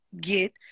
get